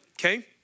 Okay